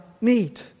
need